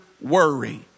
worry